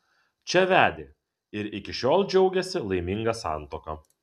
čia vedė ir iki šiol džiaugiasi laiminga santuoka